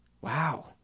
Wow